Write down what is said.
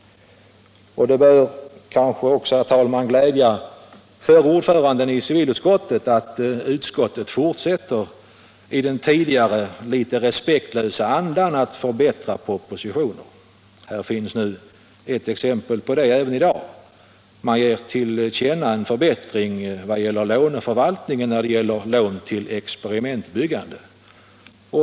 Det bör kanske också, herr talman, glädja förra ordföranden i civilutskottet att utskottet fortsätter i den litet respektlösa andan att förbättra propositioner. Det finns exempel på detta även i det nu föreliggande betänkandet. Utskottet ger till känna en förbättring vad gäller förvaltningen av lån till experimentbyggande.